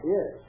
Yes